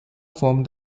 form